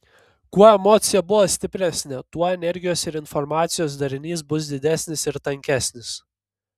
kuo emocija buvo stipresnė tuo energijos ir informacijos darinys bus didesnis ir tankesnis